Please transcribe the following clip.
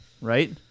right